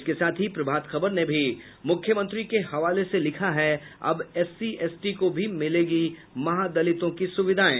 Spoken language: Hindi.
इसके साथ ही प्रभात खबर ने भी मुख्यमंत्री के हवाले से लिखा है अब एससी एसटी को भी मिलेंगी महादलितों की सुविधायें